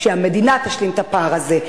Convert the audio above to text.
שהמדינה תשלים את הפער הזה.